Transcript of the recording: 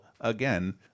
again